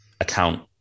account